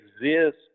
exist